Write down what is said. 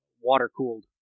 water-cooled